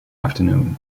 afternoon